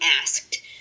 asked